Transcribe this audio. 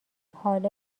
حالا